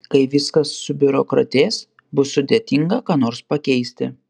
kai viskas subiurokratės bus sudėtinga ką nors pakeisti